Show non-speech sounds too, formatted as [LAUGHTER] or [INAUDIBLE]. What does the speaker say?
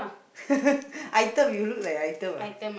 [LAUGHS] item you look like item ah